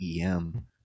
EM